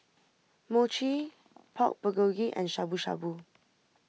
Mochi Pork Bulgogi and Shabu Shabu